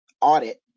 audit